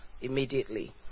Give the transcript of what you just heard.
immediately